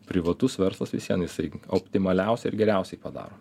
privatus verslas vis vien jisai optimaliausiai ir geriausiai padaro